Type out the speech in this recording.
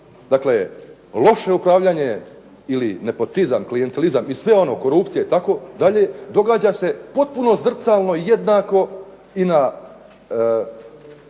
stvari loše upravljanje, nepotizam, klijentelizam i sve one korupcije itd. događa se potpuno zrcalno jednako i na